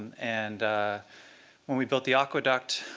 and when we built the aqueduct,